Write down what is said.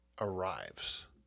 arrives